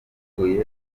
uvuye